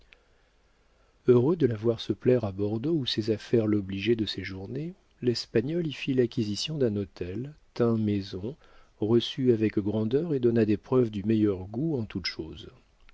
heureux de la voir se plaire à bordeaux où ses affaires l'obligeaient de séjourner l'espagnol y fit l'acquisition d'un hôtel tint maison reçut avec grandeur et donna des preuves du meilleur goût en toutes choses